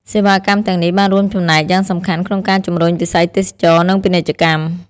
សេវាកម្មទាំងនេះបានរួមចំណែកយ៉ាងសំខាន់ក្នុងការជំរុញវិស័យទេសចរណ៍និងពាណិជ្ជកម្ម។